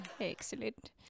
Excellent